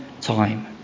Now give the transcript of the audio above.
time